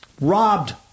Robbed